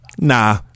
Nah